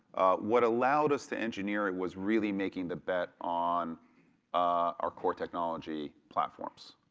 what allowed us to engineer, it was really making the bet on our core technology platforms.